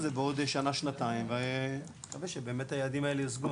זה בעוד שנה שנתיים נקווה שהיעדים האלה באמת יושגו.